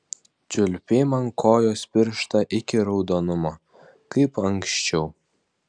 čiulpei man kojos pirštą iki raudonumo kaip anksčiau